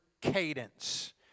cadence